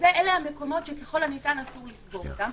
אלה המקומות שככל הניתן אסור לסגור אותם,